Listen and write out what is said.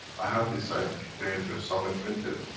i have the scientific papers. somewhere printed,